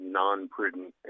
non-prudent